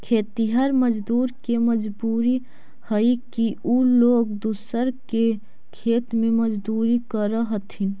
खेतिहर मजदूर के मजबूरी हई कि उ लोग दूसर के खेत में मजदूरी करऽ हथिन